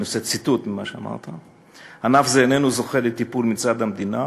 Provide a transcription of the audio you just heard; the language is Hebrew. אני מצטט ממה שאמרת: ענף זה איננו זוכה לטיפול מצד המדינה,